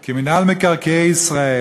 כי מינהל מקרקעי ישראל,